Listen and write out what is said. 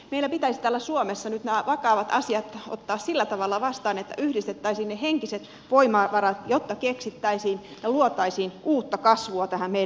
meidän pitäisi täällä suomessa nyt nämä vakavat asiat ottaa sillä tavalla vastaan että yhdistettäisiin ne henkiset voimavarat jotta keksittäisiin ja luotaisiin uutta kasvua tähän meidän maahamme